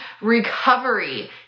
recovery